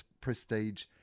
prestige